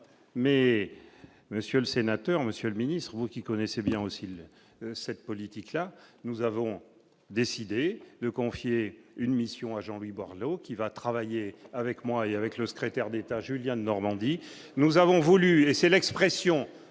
mais, Monsieur le Sénateur, Monsieur le Ministre, vous qui connaissez bien aussi l'cette politique-là, nous avons décidé de confier une mission à Jean-Louis Borloo, qui va travailler avec moi et avec le secrétaire d'État, Julien, de Normandie, nous avons voulu et c'est l'expression